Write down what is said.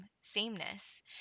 sameness